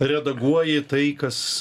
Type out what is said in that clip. redaguoji tai kas